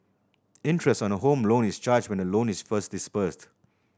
interest on a Home Loan is charged when the loan is first disbursed